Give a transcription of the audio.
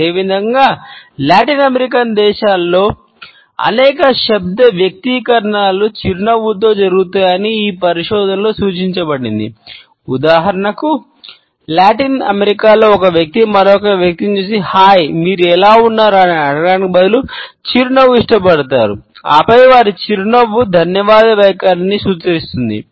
అదేవిధంగా Latin American మీరు ఎలా ఉన్నారు అని అడగడానికి బదులుగా చిరునవ్వు ఇష్టపడతారు ఆపై వారి చిరునవ్వు ధన్యవాదాలు వైఖరిని సూచిస్తుంది